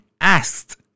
asked